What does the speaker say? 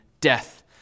death